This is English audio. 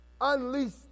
Unleash